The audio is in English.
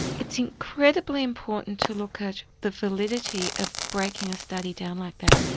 it's incredibly important to look at the validity of breaking a study down like that.